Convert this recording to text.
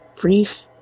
brief